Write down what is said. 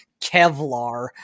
Kevlar